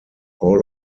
all